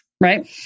right